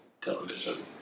television